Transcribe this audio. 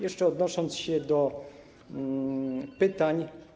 Jeszcze odnosząc się do pytań.